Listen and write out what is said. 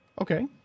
okay